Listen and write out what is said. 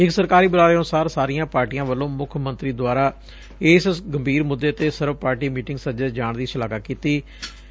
ਇਕ ਸਰਕਾਰੀ ਬੁਲਾਰੇ ਅਨੁਸਾਰ ਸਾਰੀਆਂ ਪਾਰਟੀਆਂ ਵੱਲੋਂ ਮੁੱਖ ਮੰਤਰੀ ਦੁਆਰਾ ਇਸ ਗੰਭੀਰ ਮੁੱਦੇ ਤੇ ਸਰਬ ਪਾਰਟੀ ਮੀਟਿੰਗ ਸਦੇ ਜਾਣ ਦੀ ਸ਼ਲਾਘਾ ਕੀਤੀ ਗਈ